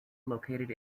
located